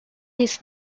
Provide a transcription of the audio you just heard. his